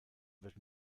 wird